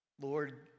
Lord